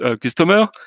customer